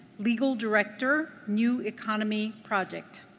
legal director, new economy project.